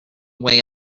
way